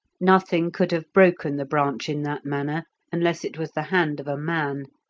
nothing could have broken the branch in that manner unless it was the hand of a man,